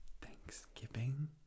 Thanksgiving